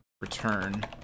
return